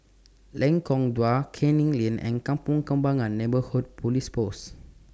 Lengkong Dua Canning Lane and Kampong Kembangan Neighbourhood Police Post